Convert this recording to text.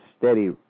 steady